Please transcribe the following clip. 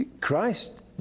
Christ